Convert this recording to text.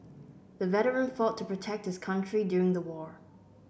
the veteran fought to protect his country during the war